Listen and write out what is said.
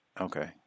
Okay